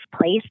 place